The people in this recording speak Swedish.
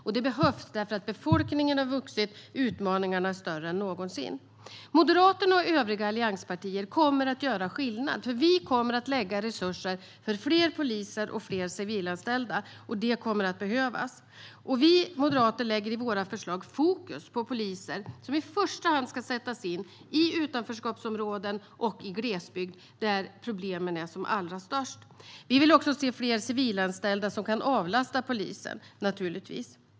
Men det behövs därför att befolkningen har vuxit och utmaningarna är större än någonsin. Moderaterna och övriga allianspartier kommer att göra skillnad, för vi kommer att lägga resurser på fler poliser och fler civilanställda. Det kommer att behövas. Vi moderater lägger i våra förslag fokus på poliser som i första hand ska sättas in i utanförskapsområden och i glesbygd där problemen är som allra störst. Vi vill naturligtvis också se att det blir fler civilanställda som kan avlasta polisen.